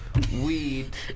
weed